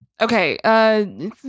okay